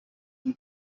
from